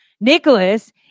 Nicholas